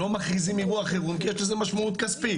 לא מכריזים אירוע חירום כי יש לזה משמעות כספית.